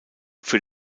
für